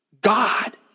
God